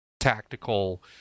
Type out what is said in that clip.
tactical